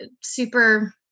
super